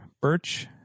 birch